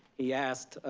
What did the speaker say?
he asked,